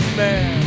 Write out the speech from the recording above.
man